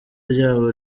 ryabo